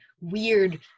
weird